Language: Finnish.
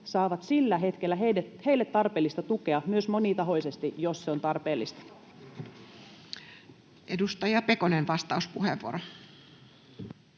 saavat sillä hetkellä heille tarpeellista tukea myös monitahoisesti, jos se on tarpeellista. [Speech 42] Speaker: